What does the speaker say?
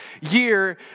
year